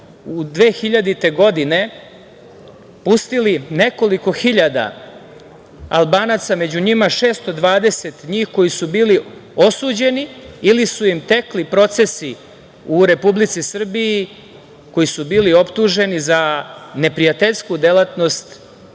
2000. godine pustili nekoliko hiljada Albanaca među njima 620 njih koji su bili osuđeni ili su im tekli procesi u Republici Srbiji koji su bili optuženi za neprijateljsku delatnost